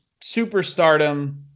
superstardom